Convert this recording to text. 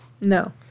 No